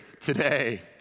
today